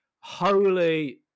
holy